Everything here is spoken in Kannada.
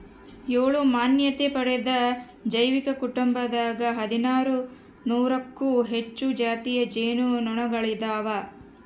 ಏಳು ಮಾನ್ಯತೆ ಪಡೆದ ಜೈವಿಕ ಕುಟುಂಬದಾಗ ಹದಿನಾರು ನೂರಕ್ಕೂ ಹೆಚ್ಚು ಜಾತಿಯ ಜೇನು ನೊಣಗಳಿದಾವ